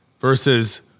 versus